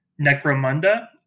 Necromunda